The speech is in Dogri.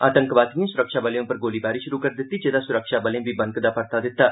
आतंकवादिएं सुरक्षाबलें उप्पर गोलीबारी शुरु करी दित्ती जेह्दा सुरक्षाबलें बी बनकदा परता दित्ता